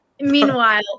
Meanwhile